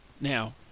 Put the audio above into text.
Now